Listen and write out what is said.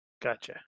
Gotcha